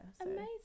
amazing